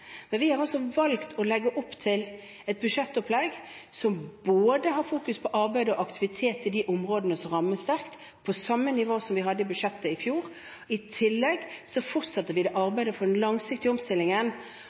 Vi har valgt et budsjettopplegg som fokuserer på både arbeid og aktivitet i de områdene som rammes sterkt, på samme nivå som i budsjettet i fjor. I tillegg fortsetter vi